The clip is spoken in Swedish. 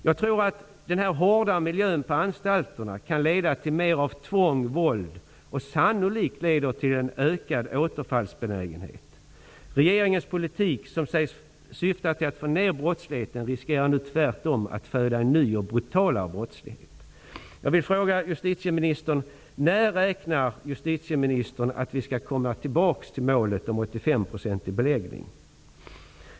Jag tror att den här hårda miljön på anstalterna kan leda till mera tvång och våld. Sannolikt får den också till följd en ökad återfallsbenägenhet. Regeringens politik som sägs syfta till att minska brottsligheten riskerar nu tvärtom att föda en ny och brutalare brottslighet. När räknar justitieministern med att vi skall komma tillbaka till målet om 85-procentig beläggning?